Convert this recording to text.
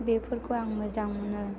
बेफोरखौ आं मोजां मोनो